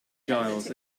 giles